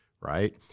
right